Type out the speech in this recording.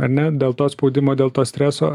ar ne dėl to spaudimo dėl to streso